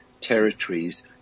territories